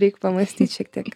reik pamąstyt šiek tiek